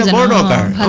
ah mark o'meara